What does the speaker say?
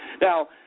Now